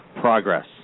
progress